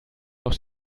noch